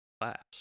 class